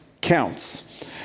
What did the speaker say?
counts